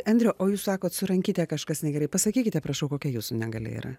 andriau o jūs sakot su rankyte kažkas negerai pasakykite prašau kokia jūsų negalia yra